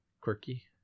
quirky